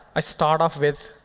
i start off with